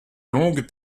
longues